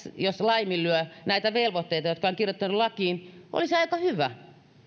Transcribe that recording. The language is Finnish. jos laiminlyö näitä velvoitteita jotka on kirjoitettu lakiin olisi aika hyvä